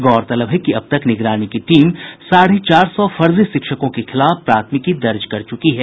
गौरतलब है कि अब तक निगरानी की टीम साढ़े चार सौ फर्जी शिक्षकों के खिलाफ प्राथमिकी दर्ज कर चुकी है